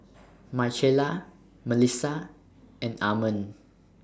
Michaela Melissa and Armond